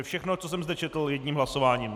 Všechno, co jsem zde četl, jedním hlasováním.